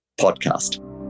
podcast